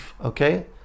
okay